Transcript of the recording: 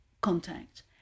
contact